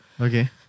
Okay